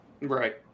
Right